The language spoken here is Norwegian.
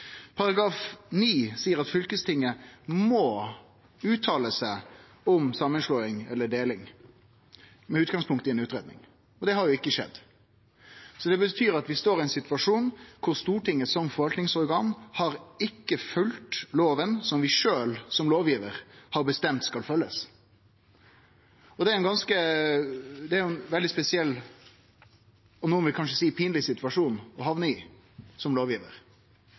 seier at fylkestinget må uttale seg om samanslåing eller deling med utgangspunkt i ei utgreiing. Det har ikkje skjedd. Det betyr at vi står i ein situasjon der Stortinget som forvaltningsorgan ikkje har følgt lova som vi sjølve som lovgivar har bestemt skal bli følgd. Det er ein veldig spesiell – nokon vil kanskje seie pinleg situasjon å hamne i som lovgivar.